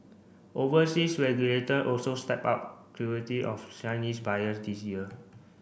overseas regulator also stepped up of Chinese buyers this year